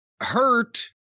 hurt